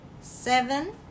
Seven